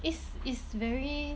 is is very